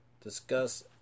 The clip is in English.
Discuss